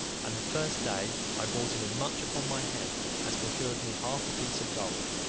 and the first day i brought in as much upon my head as procured me half a piece of gold,